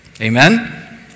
Amen